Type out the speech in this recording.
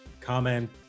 comment